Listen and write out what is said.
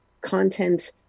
content